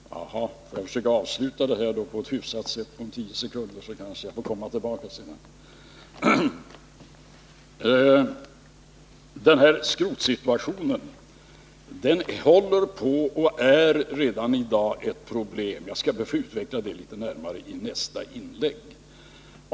Herr talman! Då får jag försöka avsluta resonemanget på ett hyfsat sätt på tio sekunder, så kanske jag får komma tillbaka sedan. Skrotsituationen håller på att bli — och är redan i dag — ett problem. Jag skall be att få utveckla det närmare i nästa inlägg.